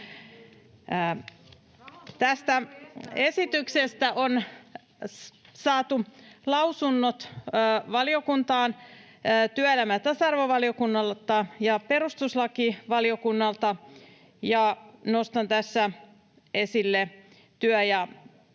Tästä esityksestä on saatu lausunnot valiokuntaan työelämä- ja tasa-arvovaliokunnalta ja perustuslakivaliokunnalta, ja nostan tässä esille työ- ja